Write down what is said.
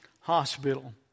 hospital